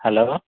hello